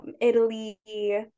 Italy